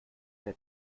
der